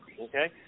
okay